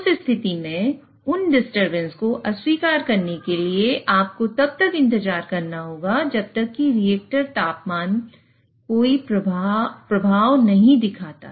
उस स्थिति में उन डिस्टरबेंस को अस्वीकार करने के लिए आपको तब तक इंतजार करना होगा जब तक कि रिएक्टर तापमान कोई प्रभाव नहीं दिखाता